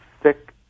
thick